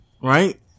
right